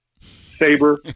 saber